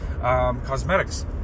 cosmetics